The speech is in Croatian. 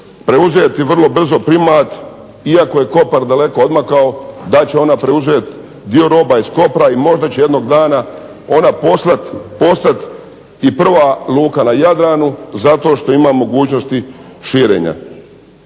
preuzeti vrlo brzo primat, iako je Kopar daleko odmakao, da će ona preuzeti dio roba iz Kopra i možda će jednog dana ona postat i prva luka na Jadranu zato što ima mogućnosti širenja.